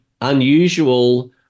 unusual